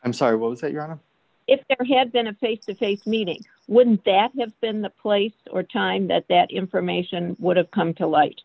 i'm sorry what was that your honor if it had been a face to face meeting wouldn't that have been the place or time that that information would have come to light